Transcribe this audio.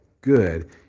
good